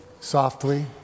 Softly